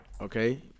Okay